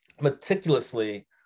meticulously